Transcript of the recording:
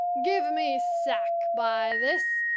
give me sack, by this,